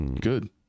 Good